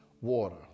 water